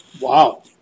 Wow